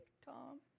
Tom